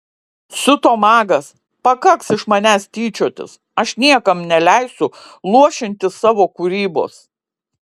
siuto magas pakaks iš manęs tyčiotis aš niekam neleisiu luošinti savo kūrybos